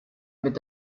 mit